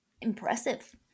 impressive